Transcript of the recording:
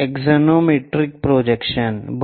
axonometric projections हैं